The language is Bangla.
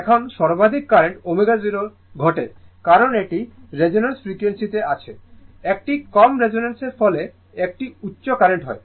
এখন সর্বাধিক কারেন্ট ω0 এ ঘটে কারণ এটি রেজোন্যান্স ফ্রিকোয়েন্সি তে আছে একটি কম রেজিস্টেন্সের ফলে একটি উচ্চ কার্রেন্ট হয়